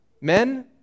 Men